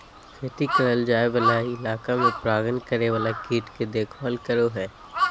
खेती करल जाय वाला इलाका में परागण करे वाला कीट के देखभाल करो हइ